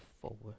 forward